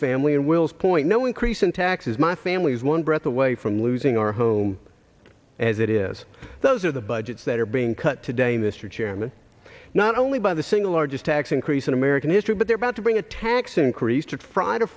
family and wills point no increase in taxes my family is one breath away from losing our home as it is those are the budgets that are being cut today mr chairman not only by the single largest tax increase in american history but they're about to bring a tax increase to fry to